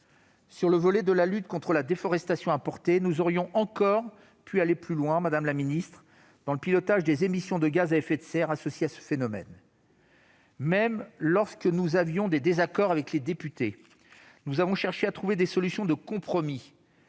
Sur le volet de la lutte contre la déforestation importée, nous aurions encore pu aller plus loin dans le pilotage des émissions de gaz à effet de serre qui sont associées à ce phénomène. Même lorsque nous avions des désaccords avec les députés, nous avons cherché à trouver des solutions de compromis